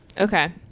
Okay